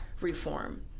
reform